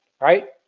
Right